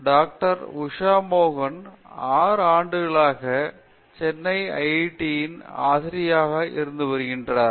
doctor Usha மோகன் 6 ஆண்டுகளாக சென்னை ஐஐடியின் ஆசிரியராக இருந்து வருகிறார்